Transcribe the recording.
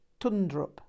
Tundrup